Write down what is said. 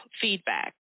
feedback